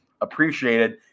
appreciated